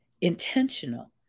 intentional